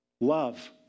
Love